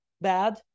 bad